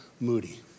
Moody